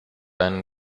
einen